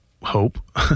Hope